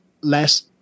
less